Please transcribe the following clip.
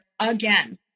again